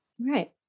Right